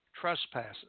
trespasses